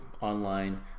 online